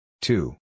two